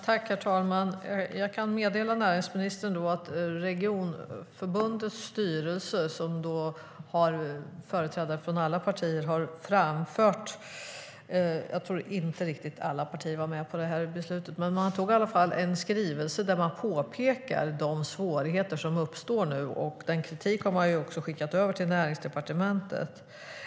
Herr talman! Jag kan meddela näringsministern att regionförbundets styrelse - som har företrädare för alla partier, men jag tror inte riktigt att alla partier var med på beslutet - har antagit en skrivelse där man påpekar de svårigheter som nu uppstår. Den kritiken har man också skickat över till Näringsdepartementet.